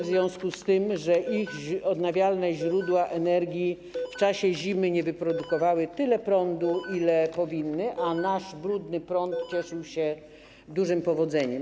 W związku z tym, że odnawialne źródła energii w czasie zimy nie wyprodukowały tyle prądu, ile powinny, nasz brudny prąd cieszył się dużym powodzeniem.